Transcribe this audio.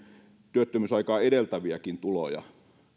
työttömyysaikaa edeltäviäkin tuloja